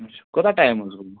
اچھا کوتاہ ٹایِم اوس گوٚمُت